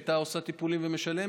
היא הייתה עושה טיפולים ומשלמת,